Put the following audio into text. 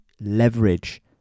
leverage